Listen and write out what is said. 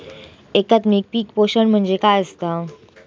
एकात्मिक पीक पोषण म्हणजे काय असतां?